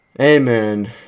Amen